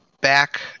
back